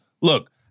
look